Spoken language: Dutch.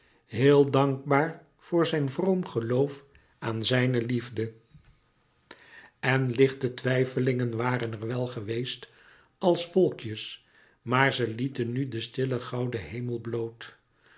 heel dankbaar voor zijn vroom geloof aan zijne liefde en lichte twijfelingen waren er wel geweest als wolkjes maar ze lieten nu den stillen gouden hemel bloot